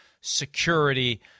security